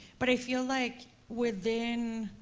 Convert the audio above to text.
but i feel like, within,